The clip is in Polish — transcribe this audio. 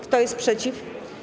Kto jest przeciw?